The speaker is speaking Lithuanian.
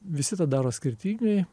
visi tą daro skirtingai